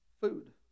food